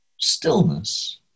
stillness